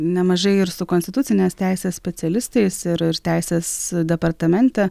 nemažai ir su konstitucinės teisės specialistais ir teisės departamente